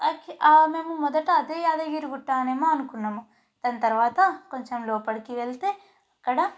మేము మొదట అదే యాదగిరి గుట్ట అనేమో అనుకున్నాము దాని తర్వాత కొంచం లోపలికి వెళ్తే అక్కడ